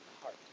heart